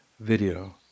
video